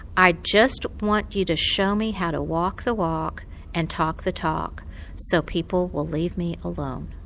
i just want you to show me how to walk the walk and talk the talk so people will leave me alone.